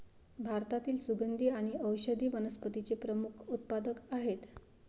भारतातील सुगंधी आणि औषधी वनस्पतींचे प्रमुख उत्पादक आहेत